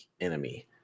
enemy